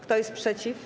Kto jest przeciw?